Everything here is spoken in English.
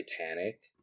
Titanic